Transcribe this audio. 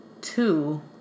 Two